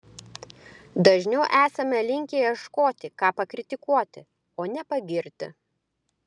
dažniau esame linkę ieškoti ką pakritikuoti o ne pagirti